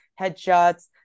headshots